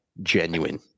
genuine